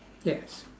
yes